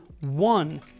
one